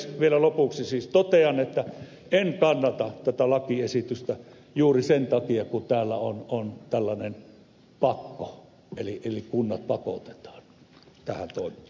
eli vielä lopuksi siis totean että en kannata tätä lakiesitystä juuri sen takia kun täällä on tällainen pakko eli kunnat pakotetaan tähän toimintaan